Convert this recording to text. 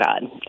God